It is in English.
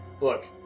Look